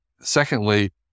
secondly